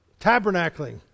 tabernacling